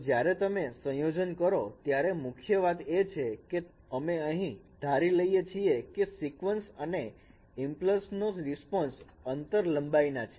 તો જ્યારે તમે સંયોજન કરો ત્યારે મુખ્ય વાત એ છે કે અમે અહીં ધારી લઈએ છીએ કે સીકવંશ અને impulse નો રિસ્પોન્સ અનંત લંબાઈના છે